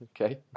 okay